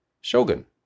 Shogun